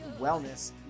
Wellness